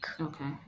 Okay